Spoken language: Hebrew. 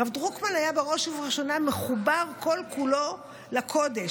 הרב דרוקמן היה בראש ובראשונה מחובר כל כולו לקודש.